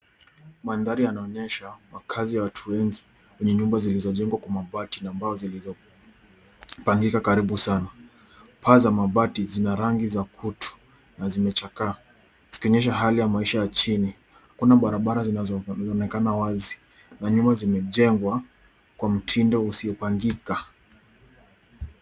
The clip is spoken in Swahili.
Mandhari yanaonyesha makazi ya watu wengi kwenye nyumba zilizojengwa kwa mabati na mbao zilizopangika kwa ukaribu sana paa za mabati zina rangi za kutu na zimechakaa zikionyesha hali ya maisha ya chini kuna barabara zinazoonekana wazi manyumba zimejengwa kwa mtindo usio pangika.